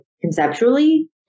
conceptually